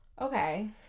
Okay